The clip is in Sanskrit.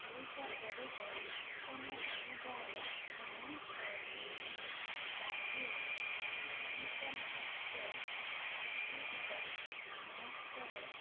ओरिसाप्रदेशे सुन्नत्रिभुजाय उन्नं करोति राज्ये धार्मिकमहत्वं सांस्कृतिकमहोत्सवे